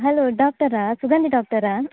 hello ಡಾಕ್ಟರಾ ಸುಗಂಧಿ ಡಾಕ್ಟರಾ